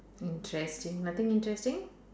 interesting nothing interesting